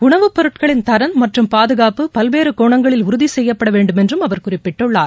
உணவுப்பொருட்களின் தரம் மற்றும் பாதுகாப்பு பல்வேறுகோணங்களில் உறுதிசெய்யப்படவேண்டும் என்றும் அவர் குறிப்பிட்டுள்ளார்